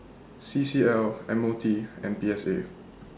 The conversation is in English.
C C L M O T and P S A